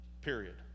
Period